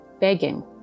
begging